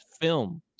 film